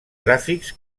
gràfics